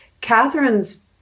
Catherine's